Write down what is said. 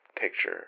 picture